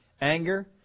anger